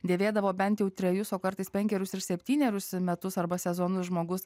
dėvėdavo bent jau trejus o kartais penkerius ir septynerius metus arba sezonus žmogus